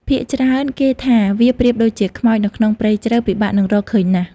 ភាគច្រើនគេថា វាប្រៀបដូចជា "ខ្មោច" នៅក្នុងព្រៃជ្រៅ ពិបាកនឹងរកឃើញណាស់។